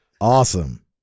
awesome